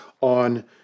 on